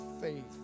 faith